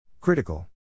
Critical